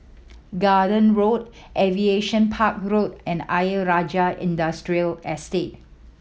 Garden Road Aviation Park Road and Ayer Rajah Industrial Estate